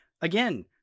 again